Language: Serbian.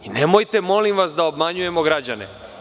Nemojte, molim vas, da obmanjujemo građane.